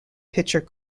pitcher